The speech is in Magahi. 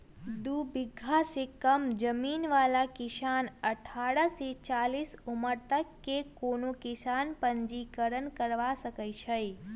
दू बिगहा से कम जमीन बला किसान अठारह से चालीस उमर तक के कोनो किसान पंजीकरण करबा सकै छइ